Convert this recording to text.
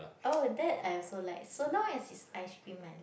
oh that I also like so long as is ice cream I like